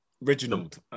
Reginald